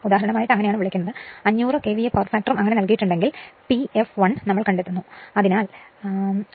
ഉദാഹരണമായി 500 KVA power ഫാക്ടറും നൽകിയിട്ടുണ്ടെങ്കിൽ P fl നമ്മൾക്കു കണ്ടെത്തേണ്ടതുണ്ട്